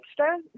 extra